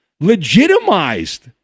legitimized